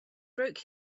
broke